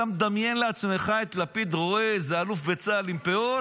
אתה מדמיין לעצמך את לפיד רואה איזה אלוף בצה"ל עם פאות?